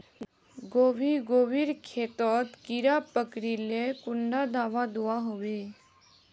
गोभी गोभिर खेतोत कीड़ा पकरिले कुंडा दाबा दुआहोबे?